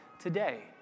today